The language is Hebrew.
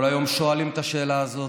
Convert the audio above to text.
כל היום שואלים את השאלה הזאת.